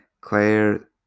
Claire